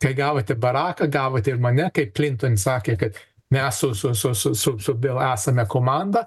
kai gavote baraką gavot ir mane kaip clinton sakė kad mes su su su su su su vėl esame komanda